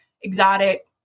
exotic